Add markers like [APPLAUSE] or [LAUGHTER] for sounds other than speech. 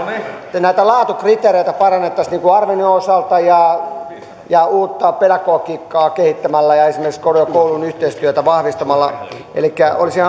näitä laatukriteereitä parannettaisiin arvioinnin osalta ja ja uutta pedagogiikkaa kehittämällä ja esimerkiksi korkeakoulujen yhteistyötä vahvistamalla elikkä olisin [UNINTELLIGIBLE]